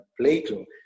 Plato